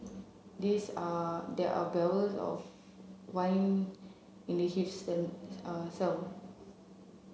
these are there are barrels of wine in the huge